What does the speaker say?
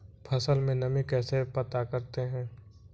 फसल में नमी कैसे पता करते हैं?